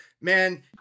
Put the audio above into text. man